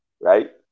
right